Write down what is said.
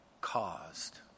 caused